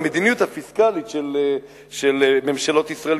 המדיניות הפיסקלית של ממשלות ישראל,